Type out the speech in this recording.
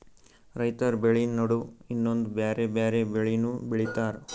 ರೈತರ್ ಬೆಳಿ ನಡು ಇನ್ನೊಂದ್ ಬ್ಯಾರೆ ಬ್ಯಾರೆ ಬೆಳಿನೂ ಬೆಳಿತಾರ್